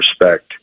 respect